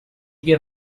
gave